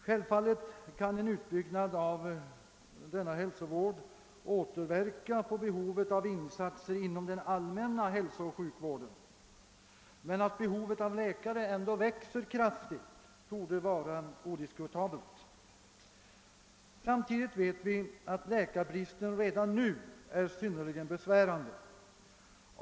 Självfallet kan en utbyggnad av denna hälsovård återverka på behovet av insatser inom den allmänna hälsooch sjukvården. Men att behovet av läkare ändå växer kraftigt torde vara odiskutabelt. Samtidigt vet vi att läkarbristen redan är synnerligen besvärande.